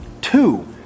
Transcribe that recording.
Two